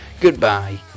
goodbye